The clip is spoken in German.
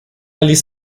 ließ